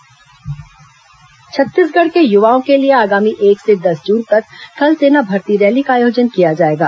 थल सेना भर्ती रैली छत्तीसगढ़ के युवाओं के लिए आगामी एक से दस जून तक थल सेना भर्ती रैली का आयोजन किया जाएगा